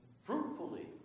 fruitfully